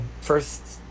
first